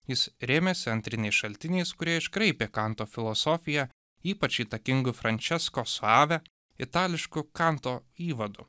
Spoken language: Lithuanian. jis rėmėsi antriniais šaltiniais kurie iškraipė kanto filosofiją ypač įtakingu frančesko suave itališku kanto įvadu